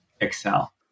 excel